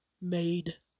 Made